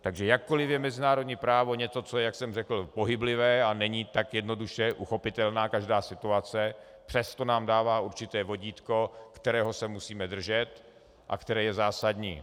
Takže jakkoliv je mezinárodní právo něco, co je, jak jsem řekl, pohyblivé, a není tak jednoduše uchopitelná každá situace, přesto nám dává určité vodítko, kterého se musíme držet a které je zásadní.